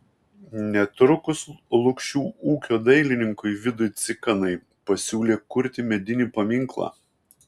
netrukus lukšių ūkio dailininkui vidui cikanai pasiūlė kurti medinį paminklą